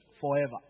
forever